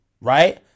right